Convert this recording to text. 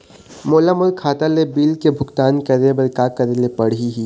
मोला मोर खाता ले बिल के भुगतान करे बर का करेले पड़ही ही?